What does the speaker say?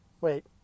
Wait